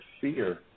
fear